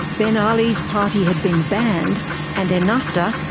ben ali's party had been banned and ennahda,